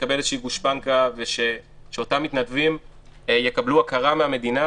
שיקבל איזו גושפנקה ושאותם מתנדבים יקבלו הכרה מן המדינה,